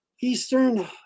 Eastern